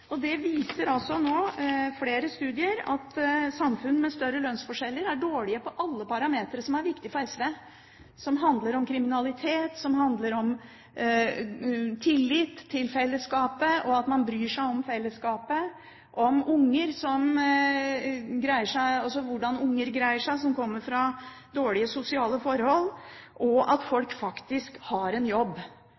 samfunn med større lønnsforskjeller er dårlige på alle parametere som er viktige for SV. Det handler om kriminalitet, det handler om tillit til fellesskapet og at man bryr seg om fellesskapet, det handler om hvordan barn som kommer fra dårlige sosiale forhold, greier seg. At folk faktisk har en jobb, er et av de veldig viktige parametrene. I tillegg synes jeg at